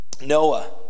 Noah